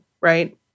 Right